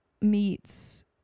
meets